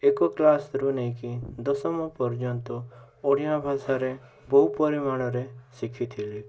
ଏକ କ୍ଲାସ୍ ରୁ ନେଇକି ଦଶମ ପର୍ଯ୍ୟନ୍ତ ଓଡ଼ିଆ ଭାଷାରେ ବହୁ ପରିମାଣରେ ଶିଖିଥିଲି